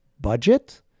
budget